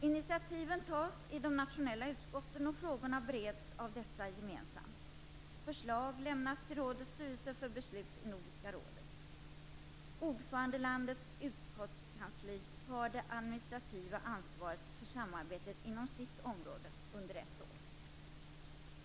Initiativen tas i de nationella utskotten, och frågorna bereds av dessa gemensamt. Förslag lämnas till rådets styrelse för beslut i Nordiska rådet. Ordförandelandets utskottskansli har det administrativa ansvaret för samarbetet inom sitt område under ett år.